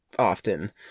Often